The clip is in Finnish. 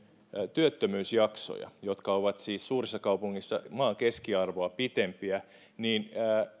työttömyysjaksoja jotka siis ovat suurissa kaupungeissa maan keskiarvoa pitempiä niin